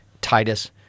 Titus